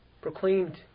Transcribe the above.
proclaimed